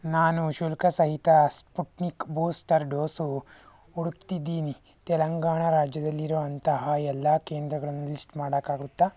ನಾನು ಶುಲ್ಕಸಹಿತ Sputnik booster dose ಹುಡುಕ್ತಿದ್ದೀನಿ ತೆಲಂಗಾಣ ರಾಜ್ಯದಲ್ಲಿರೋ ಅಂತಹ ಎಲ್ಲ ಕೇಂದ್ರಗಳನ್ನ ಲಿಸ್ಟ್ ಮಾಡೋಕ್ಕಾಗುತ್ತ